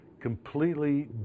completely